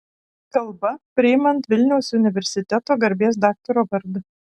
kalba priimant vilniaus universiteto garbės daktaro vardą